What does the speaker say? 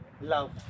love